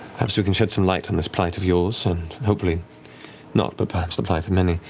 so can shed some light on this plight of yours, and hopefully not, but perhaps the plight of many.